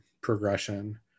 progression